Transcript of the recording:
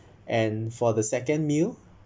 and for the second meal